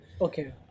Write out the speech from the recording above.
Okay